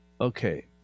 Okay